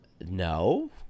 No